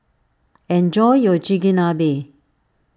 enjoy your Chigenabe